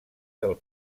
del